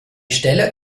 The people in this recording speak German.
stelle